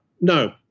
No